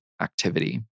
activity